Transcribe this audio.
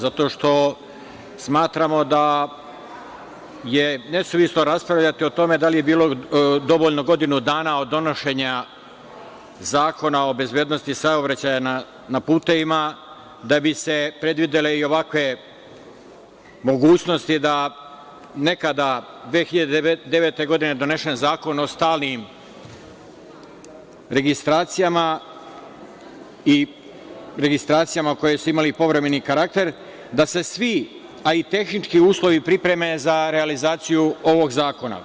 Zato što smatramo da je nesuvislo raspravljati o tome da li je bilo dovoljno godinu dana od donošenja Zakona o bezbednosti saobraćaja na putevima da bi se predvidele i ovakve mogućnosti, godine 2009. je donesen Zakon o stalnim registracijama koje su imale povremeni karakter, a i tehnički uslovi pripreme za realizaciju ovog zakona.